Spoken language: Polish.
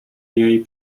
jej